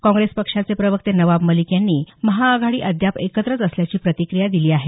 काँग्रेसच पक्षाचे प्रवक्ते नवाब मलीक यांनी महाआघाडी अद्याप एकत्रच असल्याची प्रतिक्रिया दिली आहे